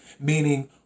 meaning